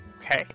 Okay